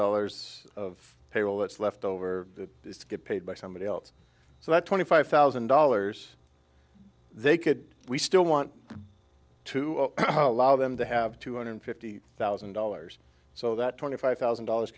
dollars of payroll that's left over to get paid by somebody else so that twenty five thousand dollars they could we still want to allow them to have two hundred fifty thousand dollars so that twenty five thousand dollars